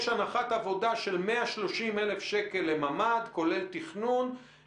יש הנחת עבודה של 130,000 שקל לממ"ד, כולל תכנון.